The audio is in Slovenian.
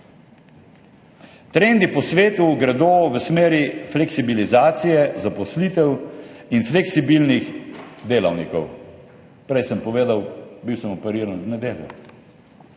Trendi po svetu gredo v smeri fleksibilizacije zaposlitev in fleksibilnih delavnikov. Prej sem povedal, operiran sem